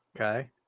Okay